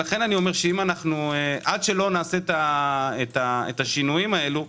לכן עד שלא נעשה את השינויים האלה,